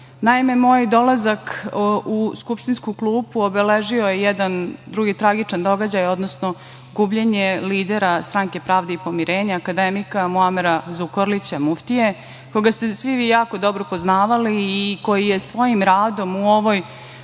moj dolazak u skupštinsku klupu obeležio je jedan drugi tragičan događaj, odnosno gubljenje lidera Stranke pravde i pomirenja, akademika Muamera Zukorlića, muftije, koga ste svi vi jako dobro poznavali i koji je svojim radom u ovoj